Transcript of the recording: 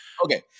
Okay